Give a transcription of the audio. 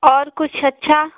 और कुछ अच्छा